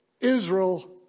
Israel